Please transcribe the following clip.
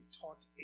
taught